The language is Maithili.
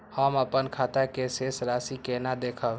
हम अपन खाता के शेष राशि केना देखब?